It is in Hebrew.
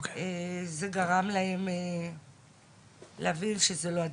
זה גרם להם להבין שזה לא הדרך.